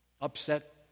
Upset